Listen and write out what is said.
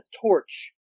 torch